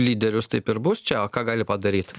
lyderius taip ir bus čia o ką gali padaryt